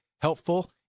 helpful